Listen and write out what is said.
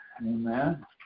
Amen